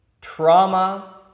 trauma